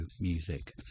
music